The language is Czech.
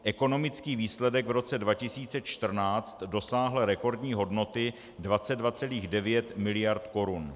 Ekonomický výsledek v roce 2014 dosáhl rekordní hodnoty 22,9 mld. korun.